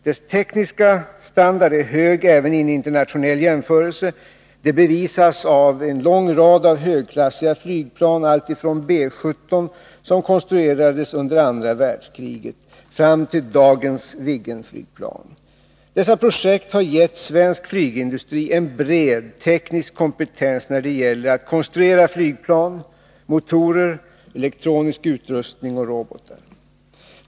Dess tekniska standard är hög även i en internationell jämförelse — det bevisas av en lång rad högklassiga flygplan | alltifrån B 17 som konstruerades under andra världskriget fram till dagens Viggenflygplan. Dessa projekt har gett svensk flygindustri en bred teknisk kompetens när det gäller att konstruera flygplan, motorer, elektronisk utrustning och robotar.